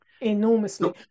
enormously